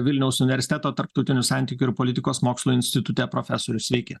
vilniaus universiteto tarptautinių santykių ir politikos mokslų institute profesorius sveiki